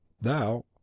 Thou